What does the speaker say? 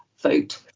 vote